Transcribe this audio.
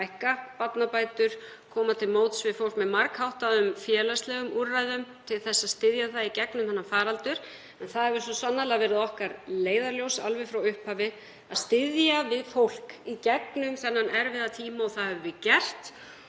hækka barnabætur og koma til móts við fólk með margháttuðum félagslegum úrræðum til að styðja það í gegnum þennan faraldur. Það hefur svo sannarlega verið okkar leiðarljós alveg frá upphafi að styðja við fólk í gegnum þennan erfiða tíma og það höfum við gert.